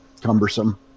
cumbersome